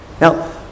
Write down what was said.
Now